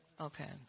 Okay